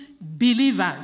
believers